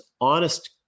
honest